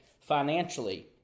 financially